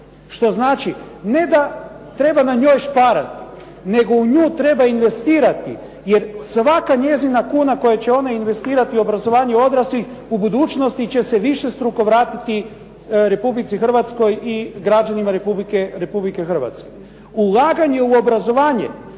Što znači, ne da treba na njoj šparati nego u nju treba investirati jer svaka njezina kuna koju će ona investirati obrazovanju odraslih u budućnosti će se višestruko vratiti Republici Hrvatskoj i građanima Republike Hrvatske. Ulaganje u obrazovanje